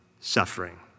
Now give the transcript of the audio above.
suffering